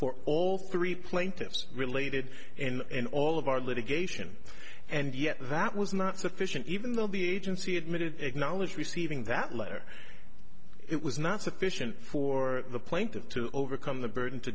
for all three plaintiffs related in in all of our litigation and yet that was not sufficient even though the agency admitted acknowledged receiving that letter it was not sufficient for the plaintiff to overcome the burden to